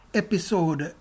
episode